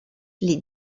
les